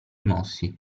mossi